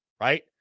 right